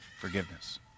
forgiveness